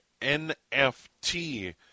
nft